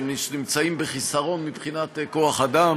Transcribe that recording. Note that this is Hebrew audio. הם נמצאים בחיסרון מבחינת כוח-אדם